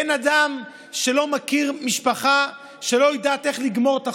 אין אדם שלא מכיר משפחה שלא יודעת איך לגמור את החודש.